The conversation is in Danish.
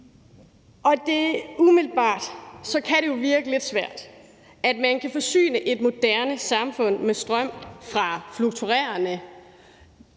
Umiddelbart kan det jo virke lidt svært, at man kan forsyne et moderne samfund med strøm fra fluktuerende